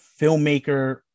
filmmaker